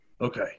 Okay